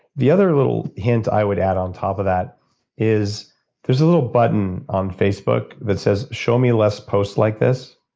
the other little hint i would add on top of that is there's a little button on facebook that says, show me less posts like this.